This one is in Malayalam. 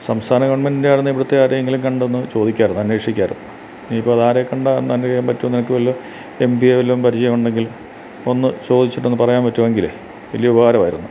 സംസ്ഥാന ഗവൺമെൻറ്റിന്റെ ആരുന്നെ ഇവിടുത്തെ ആരെങ്കിലും കണ്ടൊന്നു ചോദിക്കാമായിരുന്നു അന്വേഷിക്കായിരുന്നു ഇനി ഇപ്പം അതാരെക്കണ്ടാണ് ഒന്നന്നെയ്യാൻ പറ്റുന്നത് നിനക്ക് വല്ല എം പിയെ വല്ലതും പരിചയമുണ്ടെങ്കിൽ ഒന്നു ചോദിച്ചിട്ടൊന്നു പറയാൻ പറ്റുമെങ്കിലെ വലിയ ഉപകാരമായിരുന്നു